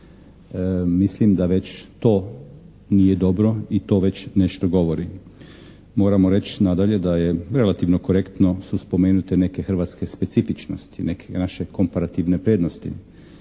Mislim da već to nije dobro i to već nešto govori. Moramo reći nadalje da je relativno korektno su spomenute neke hrvatske specifičnosti, neke naše komparativne prednosti